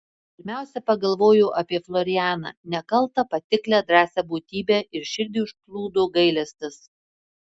pirmiausia pagalvojo apie florianą nekaltą patiklią drąsią būtybę ir širdį užplūdo gailestis